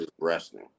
resting